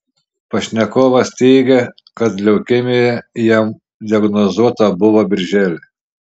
pašnekovas teigia kad leukemija jam diagnozuota buvo birželį